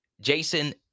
Jason